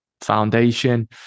foundation